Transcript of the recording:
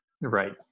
Right